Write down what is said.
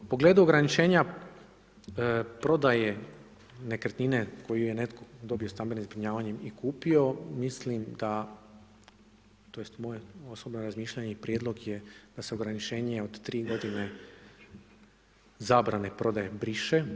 U pogledu ograničenja prodaje nekretnine koju je netko dobio stambenim zbrinjavanjem i kupio, mislim da tj. moje osobno razmišljanje i prijedlog je da se ograničenje od 3 godine zabrane prodaje briše.